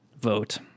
Vote